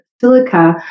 silica